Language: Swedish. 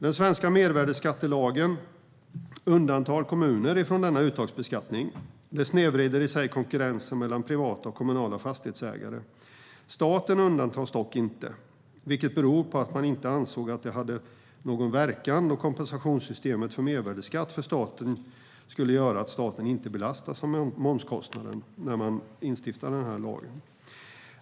Den svenska mervärdesskattelagen undantar kommuner från denna uttagsbeskattning, vilket i sig snedvrider konkurrensen mellan privata och kommunala fastighetsägare. Staten undantas dock inte. Det beror på att man när man instiftade den här lagen inte ansåg att det hade någon verkan, då kompensationssystemet för mervärdesskatt för staten gör att staten inte belastas med momskostnaden.